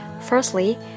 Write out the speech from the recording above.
Firstly